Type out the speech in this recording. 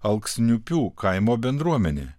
alksniupių kaimo bendruomenė